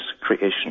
creation